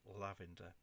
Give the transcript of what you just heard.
lavender